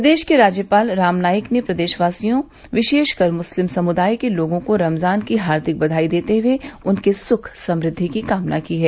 प्रदेश के राज्यपाल रामनाईक ने प्रदेशवासियों विशेषकर मुस्लिम समुदाय के लोगों को रमजान की हार्दिक बधाई देते हुए उनके सुख समुद्धि की कामना की है